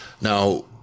Now